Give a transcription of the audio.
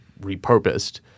repurposed